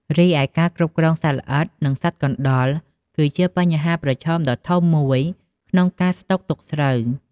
រីឯការគ្រប់គ្រងសត្វល្អិត និងសត្វកណ្ដុរ គឺជាបញ្ហាប្រឈមដ៏ធំមួយក្នុងការស្តុកទុកស្រូវ។